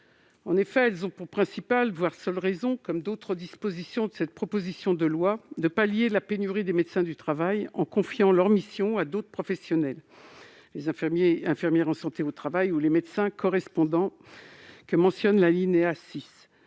la mesure où leur principal objectif- sinon le seul -est, comme d'autres dispositions de cette proposition de loi, de pallier la pénurie de médecins du travail en confiant leurs missions à d'autres professionnels : les infirmiers et infirmières en santé au travail ou les médecins correspondants que mentionne l'alinéa 6.